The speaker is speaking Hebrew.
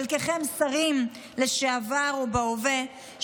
חלקכם שרים לשעבר ובהווה,